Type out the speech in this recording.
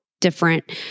different